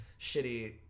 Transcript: shitty